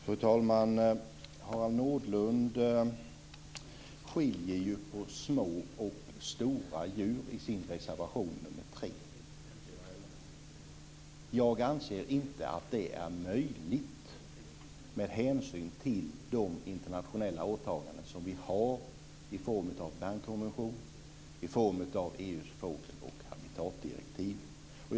Fru talman! Harald Nordlund skiljer ju på små och stora djur i sin reservation nr 3. Jag anser inte att det är möjligt att göra med hänsyn till de internationella åtaganden som vi har i form av Bernkonventionen och EU:s fågel och habitatdirektiv.